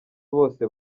bose